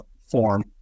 form